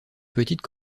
petite